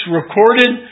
recorded